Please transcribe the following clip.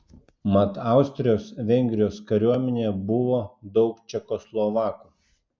mat austrijos vengrijos kariuomenėje buvo daug čekoslovakų